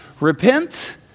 Repent